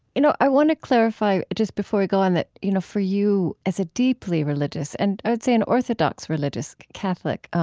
you know i want to clarify just before we go on that you know for you, as a deeply religious and i'd say an orthodox religious catholic,